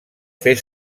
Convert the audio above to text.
fer